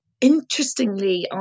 Interestingly